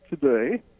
Today